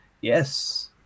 yes